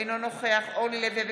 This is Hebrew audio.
אינו נוכח אורלי לוי אבקסיס,